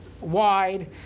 wide